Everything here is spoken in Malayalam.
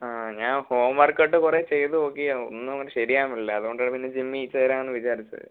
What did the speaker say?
ആ ഞാൻ ഹോം വർക്കൗട്ട് കുറേ ചെയ്തു നോക്കി ഒന്നും അങ്ങോട്ട് ശരിയാവണില്ല അതുകൊണ്ടാണ് പിന്നെ ജിമ്മിൽ ചേരാമെന്ന് വിചാരിച്ചത്